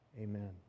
Amen